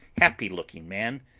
happy-looking man,